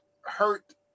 hurt